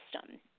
system